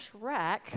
Shrek